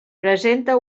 presenta